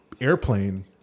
Airplane